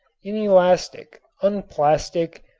inelastic, unplastic,